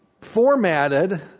formatted